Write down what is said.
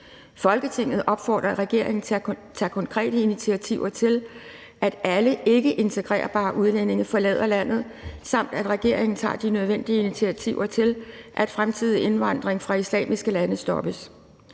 Folketinget opfordrer regeringen til at tage konkrete initiativer til, at alle ikkeintegrerbare udlændinge forlader landet, samt at regeringen tager de nødvendige initiativer til, at fremtidig indvandring fra islamiske lande stoppes.